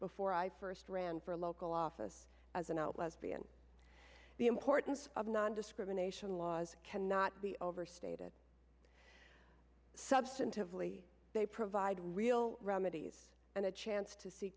before i first ran for local office as an out lesbian the importance of nondiscrimination laws cannot be overstated substantively they provide real remedies and a chance to see